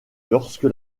lorsque